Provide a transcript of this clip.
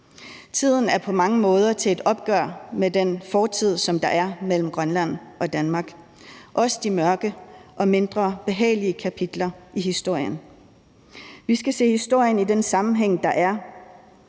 Tiden er på mange måder inde til et opgør med den fortid, som Grønland og Danmark har sammen, også hvad angår de mørke og mindre behagelige kapitler i historien. Vi skal se historien i den sammenhæng, der er.